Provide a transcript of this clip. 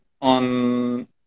on